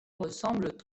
ressemblent